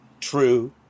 true